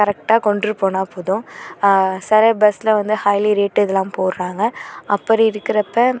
கரெக்டாக கொண்டு போனால் போதும் சில பஸ்ஸில் வந்து ஹையிலி ரேட்டு இதெல்லாம் போடுறாங்க அப்படி இருக்கிறப்ப